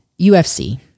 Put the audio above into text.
ufc